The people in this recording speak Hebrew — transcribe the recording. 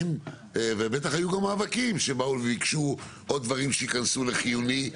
ובטח היו גם מאבקים שבאו וביקשו עוד דברים שייכנסו לחיוני,